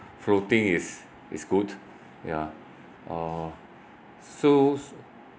floating is is good yeah uh so